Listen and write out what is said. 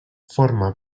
forma